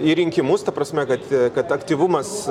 į rinkimus ta prasme kad kad aktyvumas